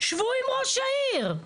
שבו עם ראש העיר,